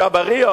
שבריות,